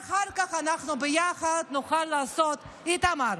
ואחר כך אנחנו ביחד נוכל לעשות, איתמר,